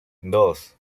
dos